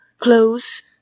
Close